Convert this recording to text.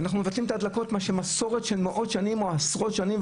אנחנו מבטלים את ההדלקות שהן מסורת של מאות שנים או עשרות שנים,